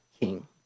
King